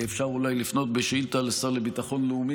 אפשר אולי לפנות בשאילתה לשר לביטחון הלאומי